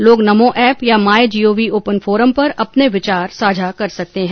लोग नमो ऐप या MyGov open forum पर अपने विचार साझा कर सकते हैं